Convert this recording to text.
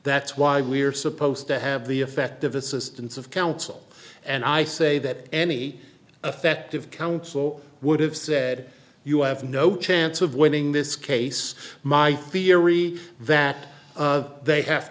that's why we're supposed to have the effective assistance of counsel and i say that any effective counsel would have said you have no chance of winning this case my theory that they have